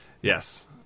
Yes